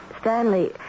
Stanley